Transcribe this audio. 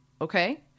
Okay